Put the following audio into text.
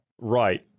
Right